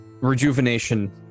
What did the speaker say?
rejuvenation